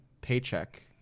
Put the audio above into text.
paycheck